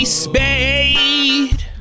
spade